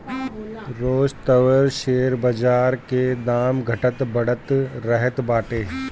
रोज तअ शेयर बाजार के दाम घटत बढ़त रहत बाटे